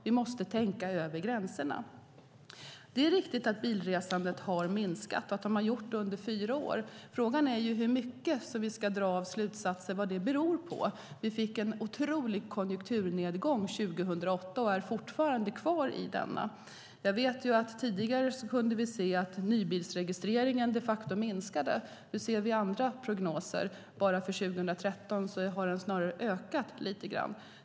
Vi måste tänka över gränserna. Det är riktigt att bilresandet har minskat och att det har gjort det under fyra år. Frågan är vad det beror på och hur många slutsatser vi ska dra. Vi fick en otrolig konjunkturnedgång 2008 och är fortfarande kvar i denna. Jag vet att vi tidigare kunde se att nybilsregistreringen de facto minskade. Nu ser vi andra prognoser. Enbart för 2013 har den snarare ökat lite grann.